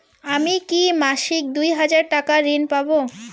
আমি কি মাসিক দুই হাজার টাকার ঋণ পাব?